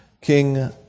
King